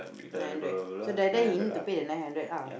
nine hundred so that day he need to pay the nine hundred ah